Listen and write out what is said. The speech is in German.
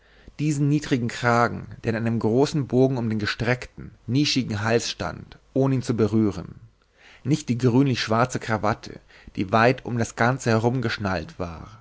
diesen niedrigen kragen der in einem großen bogen um den gestreckten nischigen hals stand ohne ihn zu berühren nicht die grünlich schwarze krawatte die weit um das ganze herumgeschnallt war